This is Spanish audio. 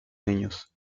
niños